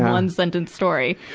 one-sentence story.